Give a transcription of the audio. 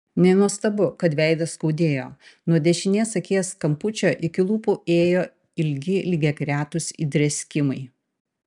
nenuostabu kad veidą skaudėjo nuo dešinės akies kampučio iki lūpų ėjo ilgi lygiagretūs įdrėskimai